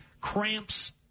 cramps